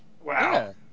Wow